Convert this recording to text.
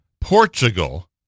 Portugal